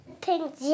Pink